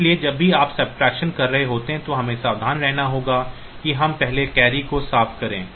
इसलिए जब भी आप सबस्ट्रक्शन कर रहे होते हैं तो हमें सावधान रहना होगा कि हम पहले कैरी को साफ करें